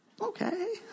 Okay